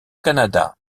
canada